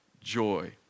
joy